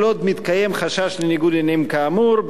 כל עוד מתקיים חשש לניגוד עניינים כאמור,